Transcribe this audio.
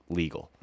legal